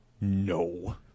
No